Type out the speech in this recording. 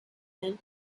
man